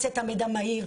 רוצה את המידע מהיר,